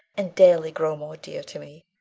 and daily grow more dear to me.